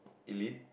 elite